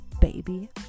Baby